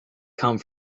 come